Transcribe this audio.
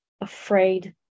afraid